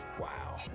Wow